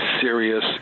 serious